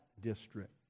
district